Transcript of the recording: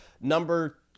Number